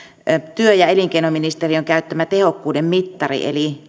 työ ja elinkeinoministeriön käyttämä tehokkuuden mittari eli